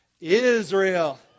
Israel